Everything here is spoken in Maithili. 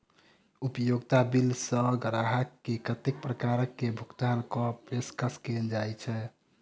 उपयोगिता बिल सऽ ग्राहक केँ कत्ते प्रकार केँ भुगतान कऽ पेशकश कैल जाय छै?